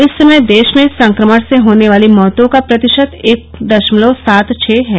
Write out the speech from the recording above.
इस समय देश में संक्रमण से होने वाली मौतों का प्रतिशत एक दशमलव सात छह है